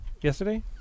yesterday